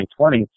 2020